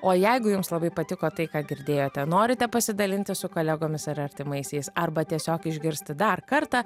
o jeigu jums labai patiko tai ką girdėjote norite pasidalinti su kolegomis ar artimaisiais arba tiesiog išgirsti dar kartą